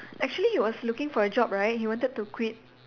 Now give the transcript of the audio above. actually he was looking for a job right he wanted to quit